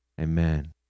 Amen